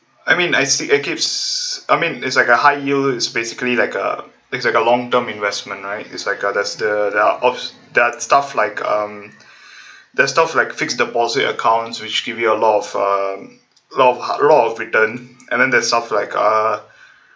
I mean I see it keeps I mean is like a high yield it's basically like uh it's like a long term investment right is like there's a ops~ there are stuff like um there are stuff like fixed deposit accounts which give you a lot of um a lot of a lot of return and then there're stuff like uh